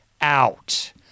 out